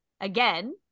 again